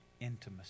intimacy